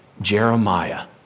Jeremiah